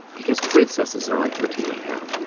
because princesses are, like, thirteen and and yeah